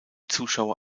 zuschauer